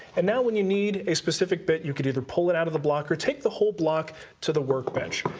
and now when you need a specific bit, you could either pull it out of the block or take the whole block to the workbench.